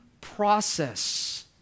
process